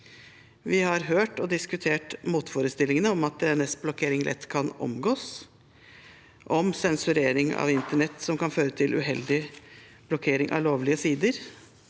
Vi har hørt og diskutert motforestillingene om at DNS-blokkering lett kan omgås, om sensurering av internett som kan føre til uheldig blokkering av lovlige sider,